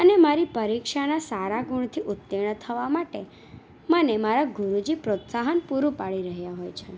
અને મારી પરીક્ષાના સારા ગુણથી ઉત્તીર્ણ થવા માટે મને મારા ગુરુજી પ્રોત્સાહન પૂરું પાડી રહ્યા હોય છે